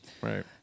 Right